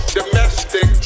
domestic